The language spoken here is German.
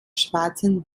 schwarzen